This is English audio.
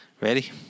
Ready